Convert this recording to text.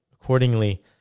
Accordingly